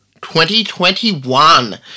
2021